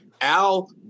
Al –